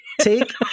Take